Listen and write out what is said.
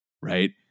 right